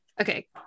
okay